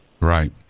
right